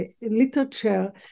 literature